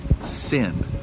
sin